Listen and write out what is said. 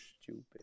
stupid